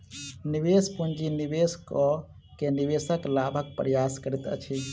निवेश पूंजी निवेश कअ के निवेशक लाभक प्रयास करैत अछि